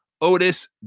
Otis